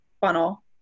funnel